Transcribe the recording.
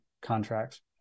contracts